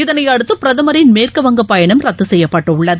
இதனையடுத்துபிரதமரின் மேற்குவங்கபயணம் ரத்துசெய்யப்பட்டுள்ளது